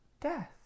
death